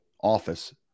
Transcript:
office